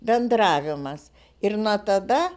bendravimas ir nuo tada